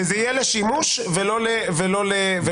שזה יהיה לשימוש ולא להכנסה.